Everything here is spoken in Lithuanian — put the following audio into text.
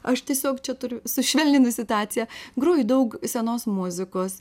aš tiesiog čia turiu sušvelninti situaciją groju daug senos muzikos